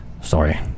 Sorry